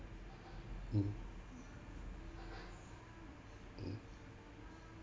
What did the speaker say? mm mm